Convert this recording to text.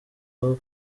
aho